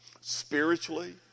spiritually